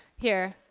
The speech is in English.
here.